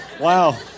Wow